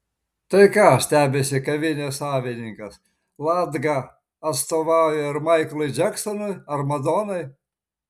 tai ką stebisi kavinės savininkas latga atstovauja ir maiklui džeksonui ar madonai